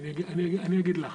תראי, אני אגיד לך.